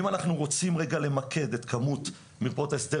אם אנחנו רוצים רגע למקד את כמות מרפאות ההסדר